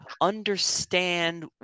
understand